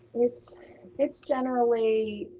it's it's generally